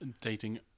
Dating